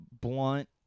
blunt